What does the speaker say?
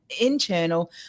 internal